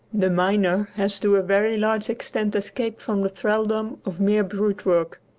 the miner has to a very large extent escaped from the thraldom of mere brute-work,